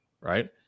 right